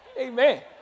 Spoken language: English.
Amen